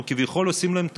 אנחנו כביכול עושים להם טובה.